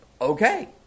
Okay